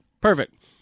Perfect